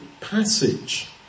passage